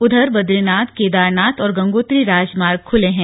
उधर बदरीनाथ केदारनाथ और गंगोत्री राजमार्ग खुले हैं